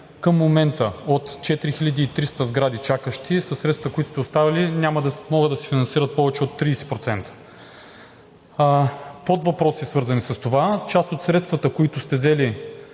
Към момента от 4300 чакащи сгради със средствата, които сте оставили, няма да могат да се финансират повече от 30%. Подвъпроси, свързани с това. Част от средствата, които сте взели,